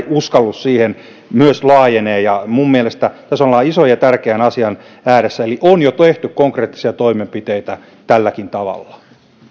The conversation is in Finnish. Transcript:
uskallus siihen laajenee minun mielestäni tässä ollaan ison ja tärkeän asian äärellä eli on jo tehty konkreettisia toimenpiteitä tälläkin tavalla